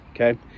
Okay